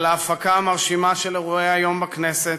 על ההפקה המרשימה של אירועי היום בכנסת,